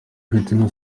whitney